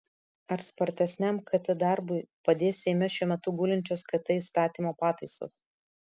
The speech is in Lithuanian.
ar spartesniam kt darbui padės seime šiuo metu gulinčios kt įstatymo pataisos